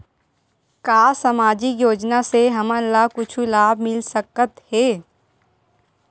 का सामाजिक योजना से हमन ला कुछु लाभ मिल सकत हे?